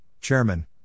Chairman